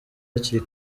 hakiri